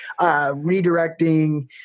Redirecting